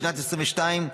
בשנת 2022,